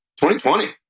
2020